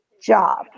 job